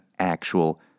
actual